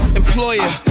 employer